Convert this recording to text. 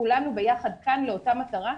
כולנו ביחד כאן לאותה מטרה,